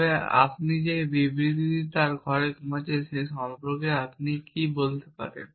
তবে আপনি যে বিবৃতিটি তার ঘরে ঘুমাচ্ছেন সে সম্পর্কে আপনি কী বলতে পারেন